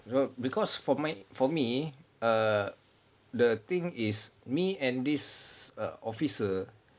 you know because for my for me err the the thing is me and this err officer